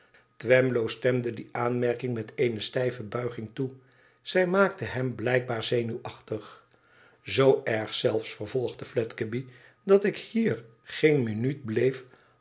twemlow stemde die aanmerking met eene stijve buiging toe zij maakte hem blijkbaar zenuwachtig zoo erg zelfs vervolgde fledgeby dat ik hier geen minuut bleef